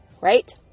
right